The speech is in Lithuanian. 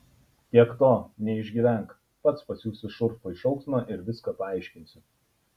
tiek to neišgyvenk pats pasiųsiu šurfui šauksmą ir viską paaiškinsiu